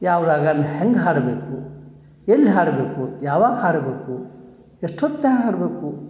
ಯಾವ ರಾಗ ಅದ್ನ ಹೆಂಗೆ ಹಾಡಬೇಕು ಎಲ್ಲಿ ಹಾಡಬೇಕು ಯಾವಾಗ ಹಾಡಬೇಕು ಎಷ್ಟೊತ್ನಾಗ ಹಾಡಬೇಕು